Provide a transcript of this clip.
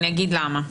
ואני אגיד למה.